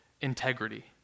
integrity